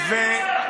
מחריב ישראל.